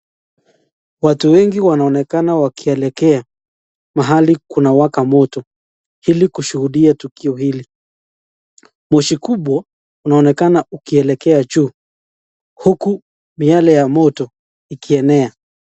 Watu wengi wanaonekana wakielekea mahali kuna waka moto ili kushuhudia tukio hili, moshi kubwa unaonekana ukielekea juu huku miale ya moto ikienea.